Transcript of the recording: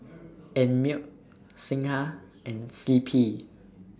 Einmilk Singha and C P